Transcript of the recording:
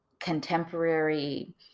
contemporary